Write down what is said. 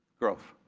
growth.